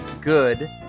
Good